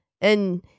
And-